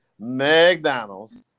McDonald's